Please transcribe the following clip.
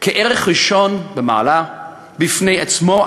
כערך ראשון במעלה בפני עצמו,